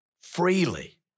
freely